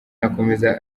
akomeza